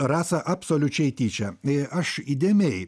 rasa absoliučiai tyčia aš įdėmiai